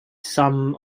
some